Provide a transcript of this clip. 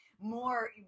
more